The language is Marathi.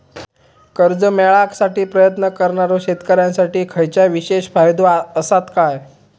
कर्जा मेळाकसाठी प्रयत्न करणारो शेतकऱ्यांसाठी खयच्या विशेष फायदो असात काय?